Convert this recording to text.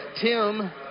Tim